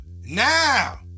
now